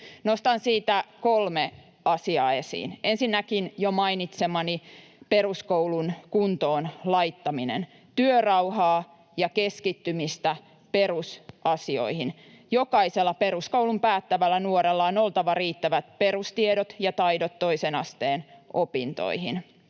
Nostan siitä kolme asiaa esiin: Ensinnäkin jo mainitsemani peruskoulun kuntoon laittaminen. Työrauhaa ja keskittymistä perusasioihin. Jokaisella peruskoulun päättävällä nuorella on oltava riittävät perustiedot ja taidot toisen asteen opintoihin.